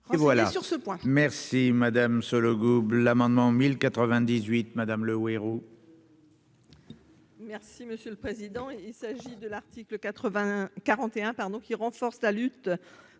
Si Madame Sollogoub l'amendement 1098 madame le héros. Merci monsieur le président, il s'agit de l'article 81 41 pardon qui renforce la lutte